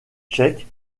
tchèque